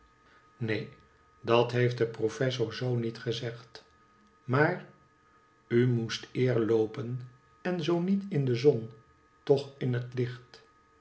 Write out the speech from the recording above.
neen dat heeft de professor zoo niet gezegd maar u moest eer loopen en zoo niet in de zon toch in het licht